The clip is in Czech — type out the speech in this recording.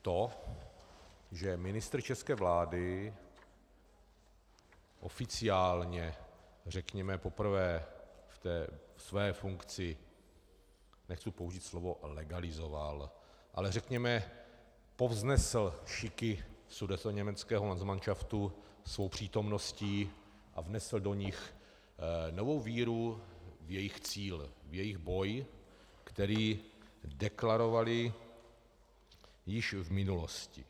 To, že ministr české vlády oficiálně, řekněme poprvé v té své funkci, nechci použít slovo legalizoval, ale řekněme povznesl šiky sudetoněmeckého landsmanšaftu svou přítomností a vnesl do nich novou víru v jejich cíl, v jejich boj, který deklarovali již v minulosti.